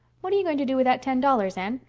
what are you going to do with that ten dollars, anne?